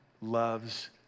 loves